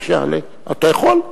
אתה יכול.